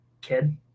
kid